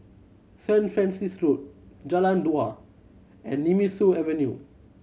Saint Francis Road Jalan Dua and Nemesu Avenue